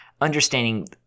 understanding